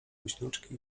głośniczki